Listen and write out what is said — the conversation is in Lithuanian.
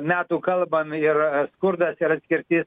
metų kalbam ir skurdas ir atskirtis